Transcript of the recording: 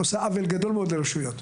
היא עושה עוול גדול מאוד לרשויות.